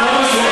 כל מה שהוא,